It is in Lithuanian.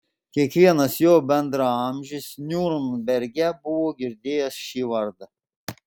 kiekvienas jo bendraamžis niurnberge buvo girdėjęs šį vardą